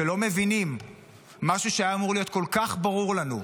שלא מבינים משהו שהיה אמור להיות כל כך ברור לנו,